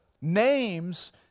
Names